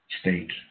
state